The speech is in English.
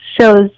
shows